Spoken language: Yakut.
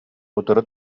утары